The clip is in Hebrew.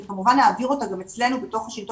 אני כמובן אעביר אותה גם אצלנו בשלטון